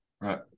Right